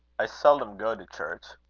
i seldom go to church,